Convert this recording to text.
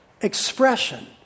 expression